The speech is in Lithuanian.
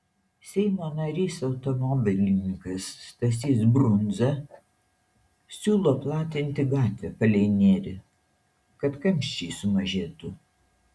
seimo narys automobilininkas stasys brundza siūlo platinti gatvę palei nerį kad kamščiai sumažėtų